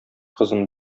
кызын